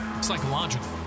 psychological